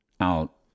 out